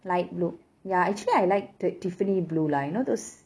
light blue ya actually I like tiffany blue lah you know those